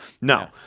no